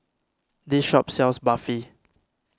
this shop sells Barfi